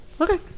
okay